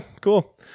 cool